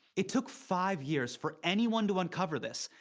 it took five years for anyone to uncover this.